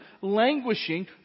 languishing